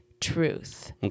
truth